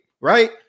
right